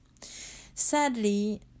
Sadly